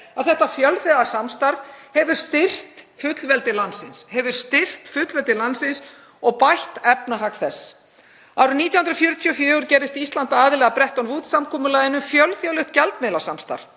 að þetta fjölþætta samstarf hefur styrkt fullveldi landsins og bætt efnahag þess. Árið 1944 gerðist Ísland aðili að Bretton Woods-samkomulaginu um fjölþjóðlegt gjaldmiðlasamstarf.